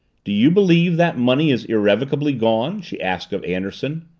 do you believe that money is irrevocably gone? she asked of anderson.